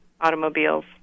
automobiles